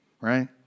right